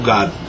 God